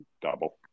double